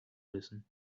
listen